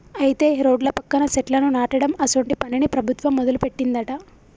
అయితే రోడ్ల పక్కన సెట్లను నాటడం అసోంటి పనిని ప్రభుత్వం మొదలుపెట్టిందట